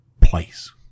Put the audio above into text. place